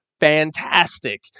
fantastic